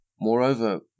Moreover